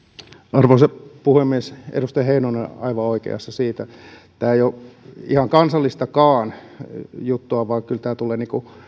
arvoisa puhemies edustaja heinonen on aivan oikeassa siinä tämä ei ole ihan kansallistakaan juttua vaan kyllä tämä tulee